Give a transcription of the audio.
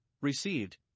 received